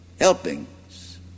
helpings